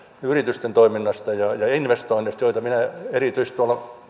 yritysten toiminnasta ja ja investoinneista joita minä erityisesti